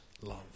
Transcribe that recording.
love